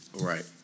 Right